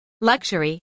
Luxury